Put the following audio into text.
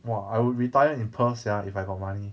!wah! I would retire in perth sia if I got money